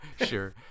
sure